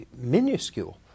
minuscule